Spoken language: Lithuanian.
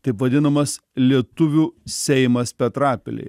taip vadinamas lietuvių seimas petrapilej